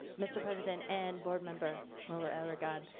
ah mr. president and board member muller-aragon,